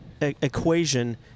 equation